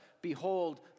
Behold